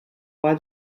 buy